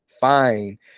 fine